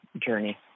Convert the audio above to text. journey